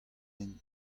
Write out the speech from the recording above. hent